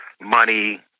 money